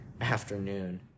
afternoon